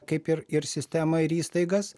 kaip ir ir sistemą ir įstaigas